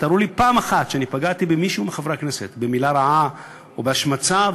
תראו לי פעם אחת שאני פגעתי במישהו מחברי הכנסת במילה רעה או בהשמצה.